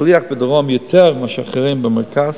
מצליח בדרום יותר מאשר אחרים במרכז,